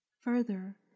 Further